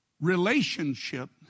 Relationship